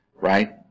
right